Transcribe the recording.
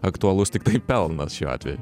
aktualus tiktai pelnas šiuo atveju